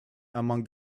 among